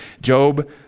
Job